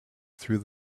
through